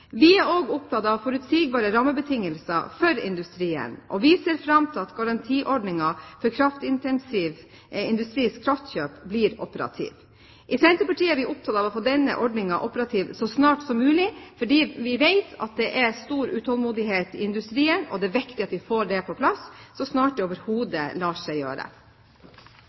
Vi er også opptatt av forutsigbare rammebetingelser for industrien og ser fram til at garantiordningen for kraftintensiv industris kraftkjøp blir operativ. Senterpartiet er opptatt av å få denne ordningen operativ så snart som mulig. Vi vet at det er stor utålmodighet i industrien, og det er viktig at vi får dette på plass så snart det overhodet lar seg gjøre.